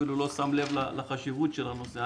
אפילו לא שם לב לחשיבות של הנושא.